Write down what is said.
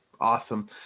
Awesome